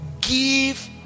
give